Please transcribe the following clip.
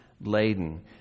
laden